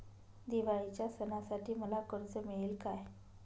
दिवाळीच्या सणासाठी मला कर्ज मिळेल काय?